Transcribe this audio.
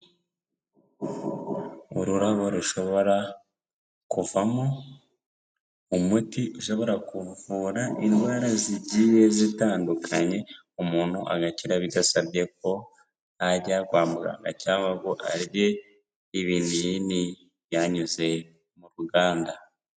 Ururabo rushobora kuvamo umuti ushobora kuvura indwara zigiye zitandukanye, umuntu agakira bidasabye ko ajya kwa mu ganga cyangwa ngo arye ibinini byanyuze mu ruganda.